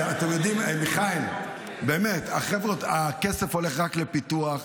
אתם יודעים, מיכאל, באמת, הכסף הולך רק לפיתוח.